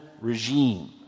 regime